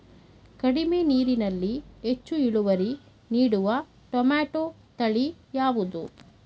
ಕಡಿಮೆ ನೀರಿನಲ್ಲಿ ಹೆಚ್ಚು ಇಳುವರಿ ನೀಡುವ ಟೊಮ್ಯಾಟೋ ತಳಿ ಯಾವುದು?